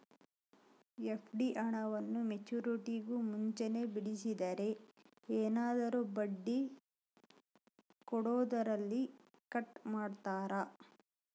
FD ಹಣವನ್ನು ಮೆಚ್ಯೂರಿಟಿಗೂ ಮುಂಚೆನೇ ಬಿಡಿಸಿದರೆ ಏನಾದರೂ ಬಡ್ಡಿ ಕೊಡೋದರಲ್ಲಿ ಕಟ್ ಮಾಡ್ತೇರಾ?